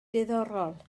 diddorol